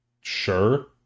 sure